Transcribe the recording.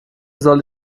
soll